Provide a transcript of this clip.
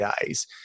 days